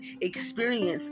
experience